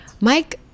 mike